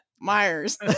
Myers